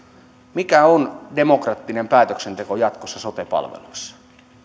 mikä on demokraattinen päätöksenteko jatkossa sote palveluissa